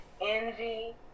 envy